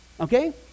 Okay